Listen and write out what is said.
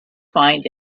find